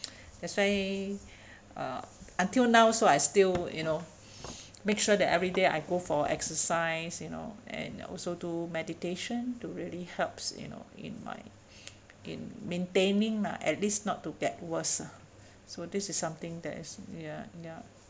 that's why uh until now so I still you know make sure that every day I go for exercise you know and also do meditation to really helps you know in my in maintaining lah at least not to get worse ah so this is something that is ya ya